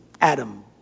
Adam